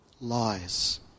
lies